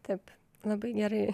taip labai gerai